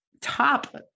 top